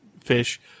fish